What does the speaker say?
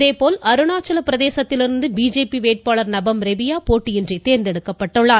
இதேபோல் அருணாச்சலப் பிரதேசத்திலிருந்து பிஜேபி வேட்பாளர் நபம் ரெபியா போட்டியின்றி தேர்ந்தெடுக்கப்பட்டார்